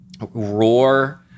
roar